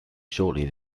shortly